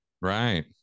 Right